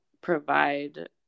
provide